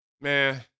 man